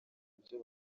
ibyo